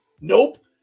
Nope